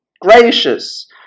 gracious